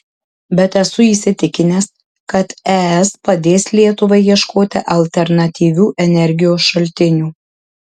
bet esu įsitikinęs kad es padės lietuvai ieškoti alternatyvių energijos šaltinių